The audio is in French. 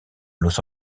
los